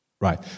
Right